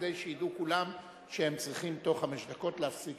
כדי שידעו כולם שהם צריכים בתוך חמש דקות להפסיק.